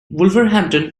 wolverhampton